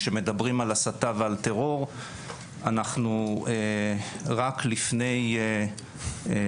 כשמדברים על הסתה ועל טרור אנחנו רק לפני חודש,